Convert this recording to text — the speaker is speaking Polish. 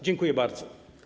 Dziękuję bardzo.